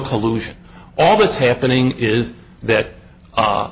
collusion all that's happening is that